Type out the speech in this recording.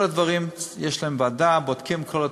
כל הדברים, יש להם ועדה, בודקים את כל התרופות.